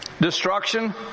Destruction